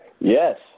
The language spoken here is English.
yes